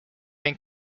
been